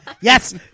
yes